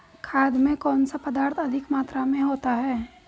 खाद में कौन सा पदार्थ अधिक मात्रा में होता है?